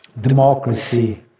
democracy